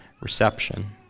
reception